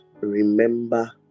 Remember